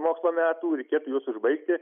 mokslo metų reikėtų juos užbaigti